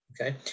okay